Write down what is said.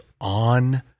on